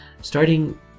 starting